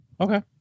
Okay